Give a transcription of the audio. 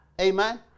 Amen